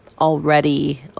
already